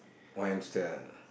one hamster